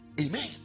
Amen